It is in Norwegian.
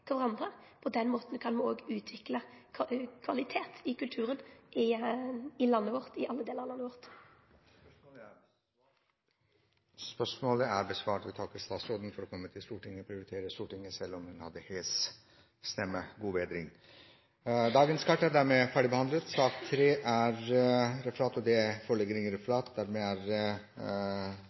På den måten kan me også utvikle kvalitet i kulturen i alle delar av landet vårt. Vi takker statsråden for at hun kom til Stortinget og prioriterte Stortinget selv om hun hadde hes stemme. God bedring! Sak nr. 2 er dermed ferdigbehandlet. Det foreligger ikke noe referat. Dermed er dagens kart ferdigbehandlet. Forlanger noen ordet før møtet heves? – Møtet er